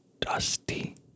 dusty